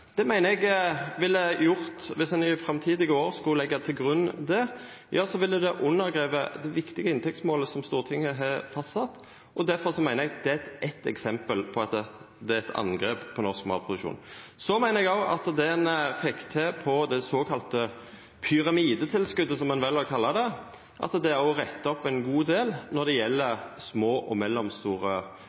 eg meiner å hugsa det var 348 mill. kr. Dette la ein inn som ei eiga inndekning, utan å gje jordbruket verkemiddel som trengst for å oppfylla det. Viss ein i framtidige år skulle leggja det til grunn, ville det undergrava det viktige inntektsmålet som Stortinget har fastsett. Difor meiner eg det er eitt eksempel på at det er eit angrep på norsk matproduksjon. Eg meiner òg at det ein fekk til på det såkalla pyramidetilskotet – som ein vel har kalla det – rettar opp ein god del når